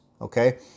okay